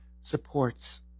supports